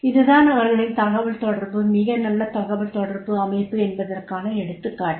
இதுதான் அவர்களின் தகவல் தொடர்பு மிக நல்ல தகவல் தொடர்பு அமைப்பு என்பதற்கான எடுத்துக்காட்டு